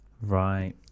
Right